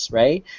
right